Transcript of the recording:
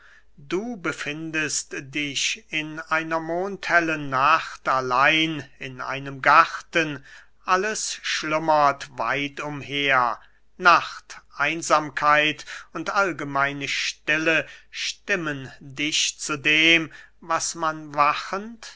du befindest dich in einer mondhellen nacht allein in einem garten alles schlummert weit umher nacht einsamkeit und allgemeine stille stimmen dich zu dem was man wachend